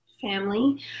family